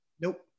Nope